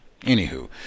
anywho